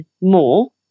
more